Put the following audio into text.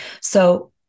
So-